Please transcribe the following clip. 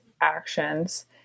actions